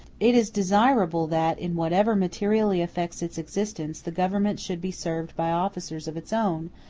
it is desirable that, in whatever materially affects its existence, the government should be served by officers of its own,